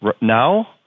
Now